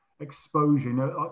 exposure